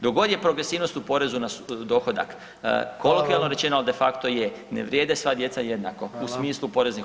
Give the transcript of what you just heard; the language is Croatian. Dok god je progresivnost u porezu na dohodak, kolokvijalno rečeno, [[Upadica: Hvala.]] de facto je, ne vrijede sva djeca jednako [[Upadica: Hvala.]] u smislu poreznih